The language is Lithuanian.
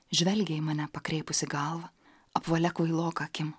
žvelgia į mane pakreipusi galvą apvalia kvailoka akim